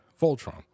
Voltron